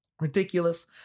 ridiculous